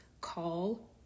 call